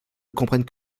comprennent